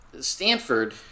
Stanford